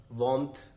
warmth